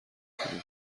کنین